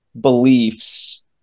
beliefs